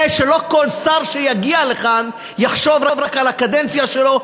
זה היה כדי שלא כל שר שיגיע לכאן יחשוב רק על הקדנציה שלו,